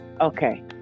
Okay